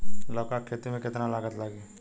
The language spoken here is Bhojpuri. लौका के खेती में केतना लागत लागी?